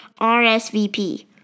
RSVP